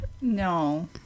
No